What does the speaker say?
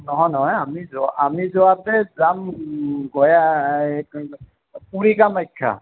নহয় নহয় আমি য আমি যোৱাতে যাম গুৱা পুৰী কামাখ্যা